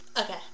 okay